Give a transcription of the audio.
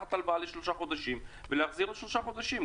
לקחת הלוואה לשלושה חודשים ולהחזיר עוד שלושה חודשים.